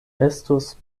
estus